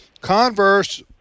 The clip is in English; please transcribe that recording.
Converse